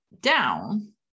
down